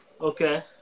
Okay